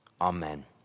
Amen